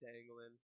dangling